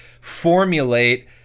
formulate